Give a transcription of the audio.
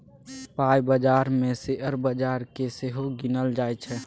पाइ बजार मे शेयर बजार केँ सेहो गिनल जाइ छै